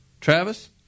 Travis